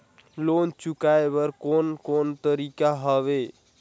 Loan चुकाए बर कोन कोन तरीका हवे?